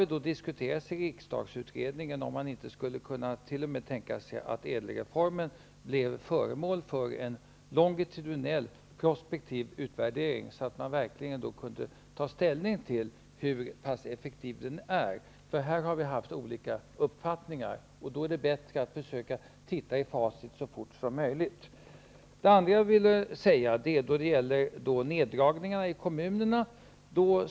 I en utredning här har ju frågan ställts om man inte t.o.m. kunde tänka sig att ÄDEL reformen blev föremål för en prospektiv utvärdering, så att det verkligen gick att ta ställning till hur pass effektiv reformen är. Vi har ju haft olika uppfattningar på den punkten. Därför är det bättre att försöka att titta i facit så fort som möjligt. Sedan gäller det neddragningarna i kommunerna.